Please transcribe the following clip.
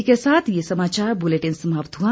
इसी के साथ ये समाचार बुलेटिन समाप्त हुआ